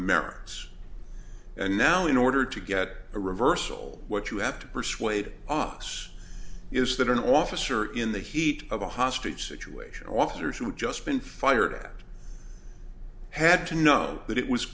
merits and now in order to get a reversal what you have to persuade us is that an officer in the heat of a hostage situation officers who had just been fired had to know that it was